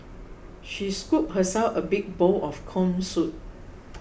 she scooped herself a big bowl of Corn Soup